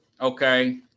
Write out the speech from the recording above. okay